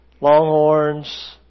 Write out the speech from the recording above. longhorns